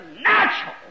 natural